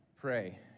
pray